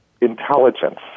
intelligence